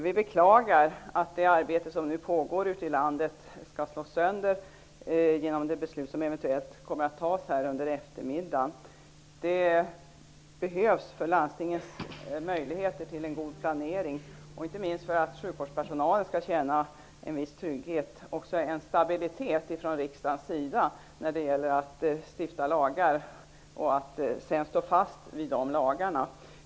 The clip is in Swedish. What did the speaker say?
Vi beklagar att det arbete som nu pågår ute i landet skall slås sönder genom det beslut som eventuellt kommer att fattas här under eftermiddagen. För landstingens möjligheter till en god planering, och inte minst för att sjukvårdspersonalen skall känna en viss trygghet, behövs det en stabilitet från riksdagens sida när det gäller att stifta lagar och att sedan stå fast vid dem.